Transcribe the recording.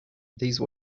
these